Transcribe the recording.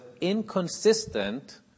inconsistent